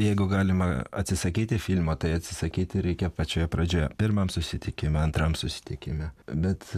jeigu galima atsisakyti filmo tai atsisakyti reikia pačioje pradžioje pirmam susitikime antram susitikime bet